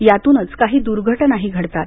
यातूनच काही द्धटनाही घडतात